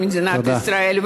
במדינת ישראל.